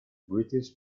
british